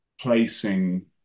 placing